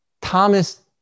Thomas